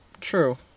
True